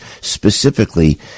specifically